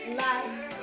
lights